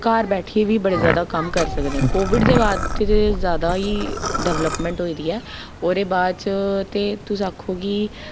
घर बैठियै बी बड़े जादा कम्म करी सकदे न कोविड दे बाद ते जादा ई डेवलपमेंट होई दी ऐ ओह्दे बाद च ते तुस आक्खो कि